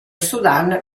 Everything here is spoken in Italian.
sudan